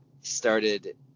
started